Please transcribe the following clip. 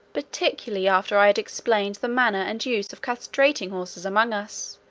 particularly after i had explained the manner and use of castrating horses among us,